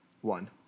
one